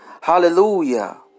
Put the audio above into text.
Hallelujah